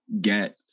get